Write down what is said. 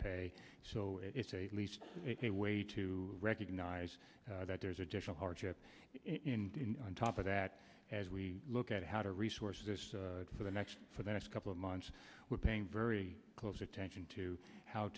pay so it's a least a way to recognize that there's additional hardship on top of that as we look at how to resources for the next for the next couple of months we're paying very close attention to how